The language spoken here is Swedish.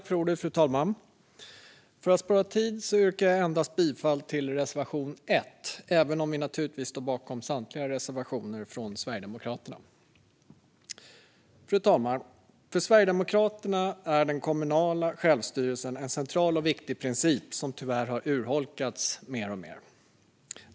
Fru talman! För att spara tid yrkar jag bifall endast till reservation 1, även om vi naturligtvis står bakom samtliga reservationer från Sverigedemokraterna. Fru talman! För Sverigedemokraterna är den kommunala självstyrelsen en central och viktig princip som tyvärr har urholkats mer och mer.